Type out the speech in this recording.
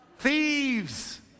thieves